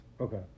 Okay